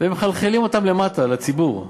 ומחלחלים אותם למטה, לציבור.